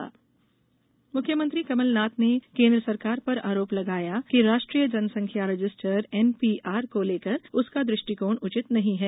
शांति march CM NPR मुख्यमंत्री कुमलनाथ ने केन्द्र सरकार पर आरोप लगाया कि राष्ट्रीय जनसंख्या रजिस्टर एनपीआर को लेकर उसका दृष्टिकोण उचित नहीं है